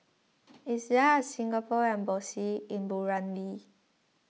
is there a Singapore Embassy in Burundi